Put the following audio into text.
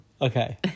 Okay